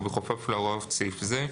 ובכפוף להוראות סעיף זה.